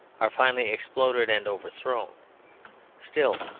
are finally exploded and overthrown still,